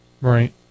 Right